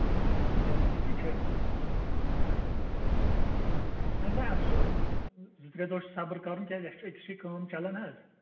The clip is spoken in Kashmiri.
جلدی تہِ چھو اہن حظ اَوٕ وۄںۍ اَتھ چھُ زٕ ترے دۄہ چھُ صبٔر کیازِ اَسہِ چھُ أکِس نِش کٲم چلان حظ